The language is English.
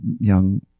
young